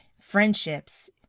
friendships